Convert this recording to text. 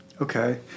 Okay